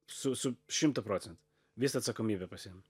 su su šimtu procent visą atsakomybę pasiimam